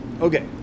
Okay